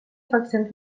faccions